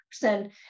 person